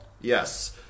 Yes